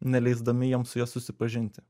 neleisdami jiems su ja susipažinti